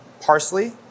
parsley